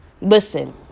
listen